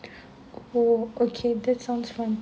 oh okay that sounds fun